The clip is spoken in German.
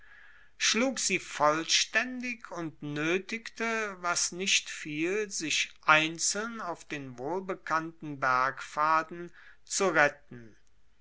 schlug sie vollstaendig und noetigte was nicht fiel sich einzeln auf den wohlbekannten bergpfaden zu retten